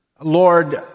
Lord